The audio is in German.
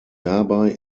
dabei